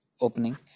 opening